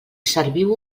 serviu